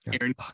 Aaron